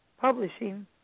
Publishing